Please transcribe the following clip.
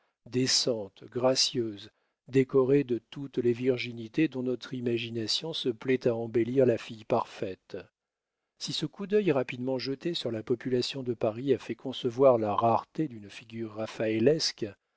décente gracieuse décorée de toutes les virginités dont notre imagination se plaît à embellir la fille parfaite si ce coup d'œil rapidement jeté sur la population de paris a fait concevoir la rareté d'une figure raphaëlesque et l'admiration